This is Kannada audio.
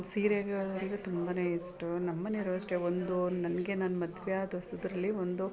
ಸೀರೆಗಳಂದರೆ ತುಂಬಾ ಇಷ್ಟು ನಮ್ಮ ಮನೆಯ್ರು ಅಷ್ಟೇ ಒಂದು ನನಗೆ ನನ್ನ ಮದ್ವೆಯಾದ ಹೊಸದ್ರಲ್ಲಿ ಒಂದು